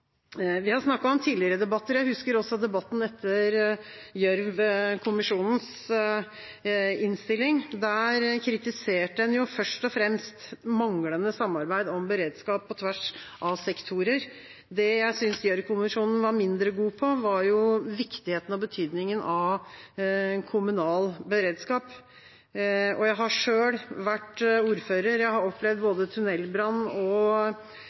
Vi har snakket om dette i tidligere debatter, og jeg husker også debatten etter Gjørv-kommisjonens innstilling; der kritiserte man først og fremst manglende samarbeid om beredskap på tvers av sektorer. Det jeg synes Gjørv-kommisjonen var mindre god på, var viktigheten og betydningen av kommunal beredskap. Jeg har selv vært ordfører og opplevd både tunnelbrann og